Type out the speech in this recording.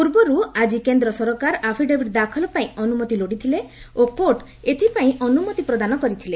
ପୂର୍ବରୁ ଆଜି କେନ୍ଦ୍ର ସରକାର ଆଫିଡେବିଟ୍ ଦାଖଲ ପାଇଁ ଅନୁମତି ଲୋଡିଥିଲେ ଓ କୋର୍ଟ ଏଥିପାଇଁ ଅନୁମତି ପ୍ରଦାନ କରିଥିଲେ